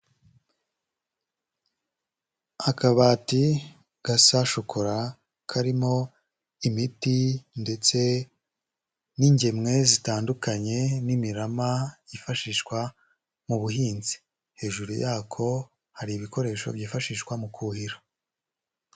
Akabati gasa shokora karimo imiti ndetse n'ingemwe zitandukanye n'imirama yifashishwa mu buhinzi, hejuru yako hari ibikoresho byifashishwa mu kuhira.